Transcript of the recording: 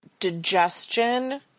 digestion